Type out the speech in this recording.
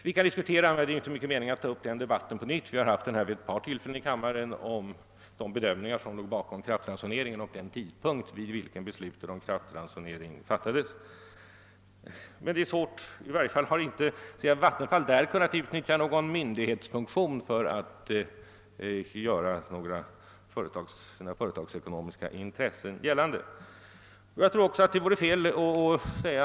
Eftersom vi debatterat denna fråga vid ett par tidigare tillfällen i denna kammare, är det inte stor idé att på nytt ta upp en debatt om kraftransoneringen och om den tidpunkt vid vilken beslutet härom fattades. Vattenfall har i varje fall inte i detta avseende kunnat utnyttja någon myndighetsfunktion för att göra sina företagsekonomiska intressen gällande helt enkelt därför att Vattenfall här inte har någon myndighetsfunktion.